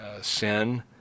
sin